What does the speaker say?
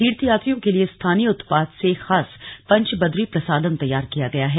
तीर्थयात्रियों के लिए स्थानीय उत्पाद से खास पंचबद्री प्रसादम् तैयार किया गया है